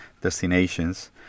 destinations